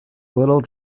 little